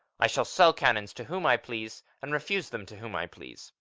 i shall sell cannons to whom i please and refuse them to whom i please.